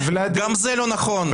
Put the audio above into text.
גם זה לא נכון.